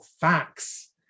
facts